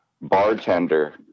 bartender